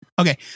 Okay